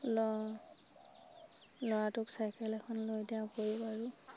ল'ৰাটোক চাইকেল এখন লৈ তেওঁ কৰিব পাৰোঁ